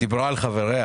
ב-1 לחודש,